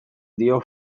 dio